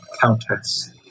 Countess